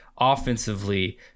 Offensively